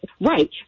right